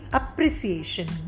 appreciation